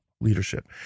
leadership